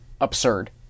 absurd